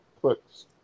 clicks